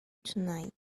tonight